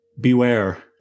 beware